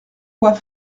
quoi